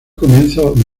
comienzo